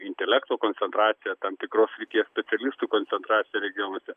intelekto koncentracija tam tikros paskirties specialistų koncentracija regijonuose